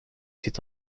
s’est